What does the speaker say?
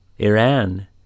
Iran